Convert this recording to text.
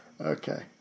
Okay